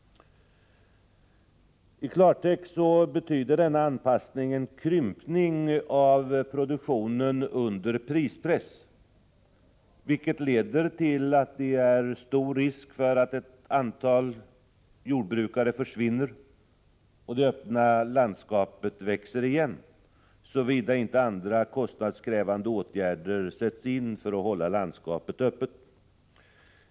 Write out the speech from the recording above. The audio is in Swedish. I klartext betyder den anpassningen en krympning av produktionen under prispress, vilket leder till att det är stor risk att ett stort antal jordbrukare försvinner, och det öppna landskapet växer igen såvida inte andra kostnadskrävande åtgärder sätts in för att hålla landskapet öppet.